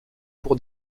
pour